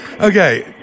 Okay